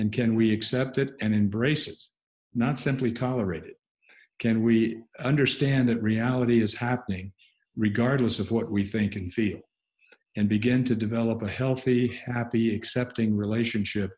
and can we accept it and embrace it's not simply tolerate it can we understand that reality is happening regardless of what we think and feel and begin to develop a healthy happy accepting relationship